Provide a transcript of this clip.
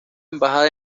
embajada